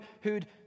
who'd